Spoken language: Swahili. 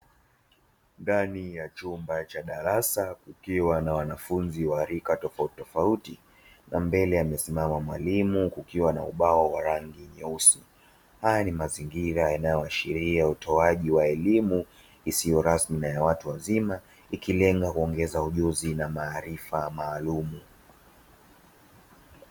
Ndani ya chumba cha darasa kukiwa na wanafunzi wa rika tofauti tofauti na mbele amesimama mwalimu kukiwa na ubao wa rangi nyeusi. Haya ni mazingira yanayo ashiria utoaji wa elimu isiyo rasmi na ya watu wazima, ikilenga kuongeza ujuzi na maarifa maalumu.